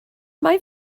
mae